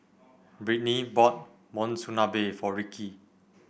Brittnee bought Monsunabe for Ricki